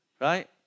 right